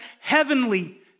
heavenly